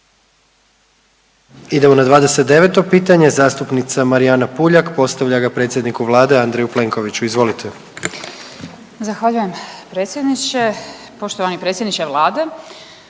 Idemo na 29. pitanje zastupnica Marijana Puljak postavlja ga predsjedniku Vlade Andreju Plenkoviću. Izvolite. **Puljak, Marijana (Centar)** Zahvaljujem predsjedniče. Poštovani predsjedniče Vlade